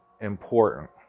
important